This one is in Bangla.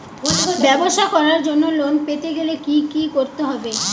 ব্যবসা করার জন্য লোন পেতে গেলে কি কি করতে হবে?